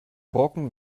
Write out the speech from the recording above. brocken